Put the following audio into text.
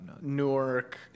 Newark